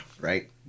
Right